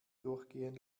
durchgehen